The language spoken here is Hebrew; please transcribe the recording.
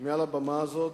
מעל הבמה הזאת,